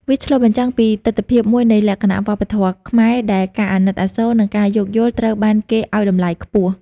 វាឆ្លុះបញ្ចាំងពីទិដ្ឋភាពមួយនៃលក្ខណៈវប្បធម៌ខ្មែរ ដែល ការអាណិតអាសូរ និងការយោគយល់ ត្រូវបានគេឱ្យតម្លៃខ្ពស់។